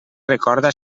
recorda